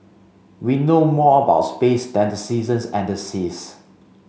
we know more about space than the seasons and the seas